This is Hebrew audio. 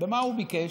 ומה הוא ביקש,